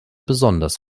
besonders